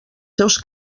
seus